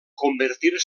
convertir